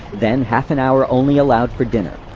then half an hour only allowed for dinner,